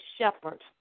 shepherd